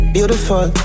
Beautiful